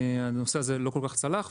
אבל הנושא הזה לא כל כך צלח.